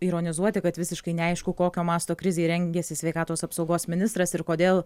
ironizuoti kad visiškai neaišku kokio masto krizei rengėsi sveikatos apsaugos ministras ir kodėl